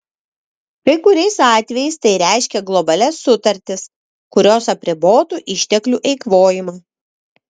kai kuriais atvejais tai reiškia globalias sutartis kurios apribotų išteklių eikvojimą